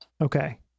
Okay